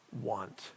want